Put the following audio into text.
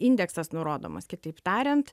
indeksas nurodomas kitaip tariant